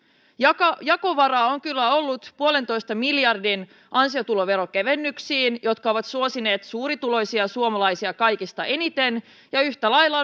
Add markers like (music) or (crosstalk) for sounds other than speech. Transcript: on harjoittanut jakovaraa on kyllä ollut yhden pilkku viiden miljardin ansiotuloveron kevennyksiin jotka ovat suosineet suurituloisia suomalaisia kaikista eniten ja yhtä lailla (unintelligible)